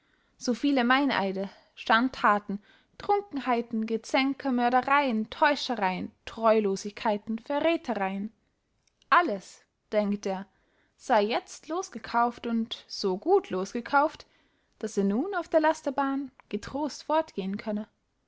so viele meineide schandthaten trunkenheiten gezänke mördereyen teuschereyen treulosigkeiten verräthereyen alles denkt er sey jetzt losgekauft und so gut losgekauft daß er nun auf der lasterbahn getrost fortgehen könne